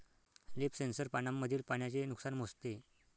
leaf sensor पानांमधील पाण्याचे नुकसान मोजते